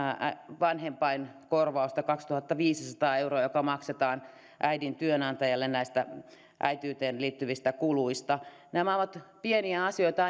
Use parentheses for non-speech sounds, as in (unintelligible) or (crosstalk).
vanhempainkorvausta kaksituhattaviisisataa euroa joka maksetaan äidin työnantajalle äitiyteen liittyvistä kuluista nämä ovat pieniä asioita (unintelligible)